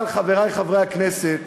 אבל, חברי חברי הכנסת,